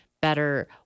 better